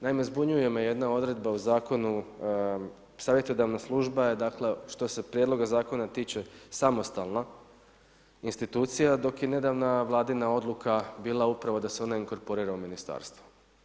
Naime, zbunjuje me jedna odredba u zakonu, savjetodavna služba je dakle što se prijedloga zakona tiče samostalna institucija, dok je nedavna Vladina odluka bila upravo da se ona inkorporira u ministarstvo.